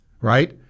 right